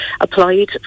applied